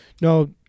No